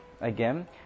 again